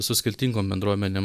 su skirtingom bendruomenėm